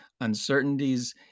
uncertainties